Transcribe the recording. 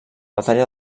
batalla